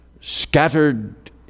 scattered